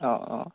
অ অ